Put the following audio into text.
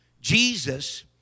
Jesus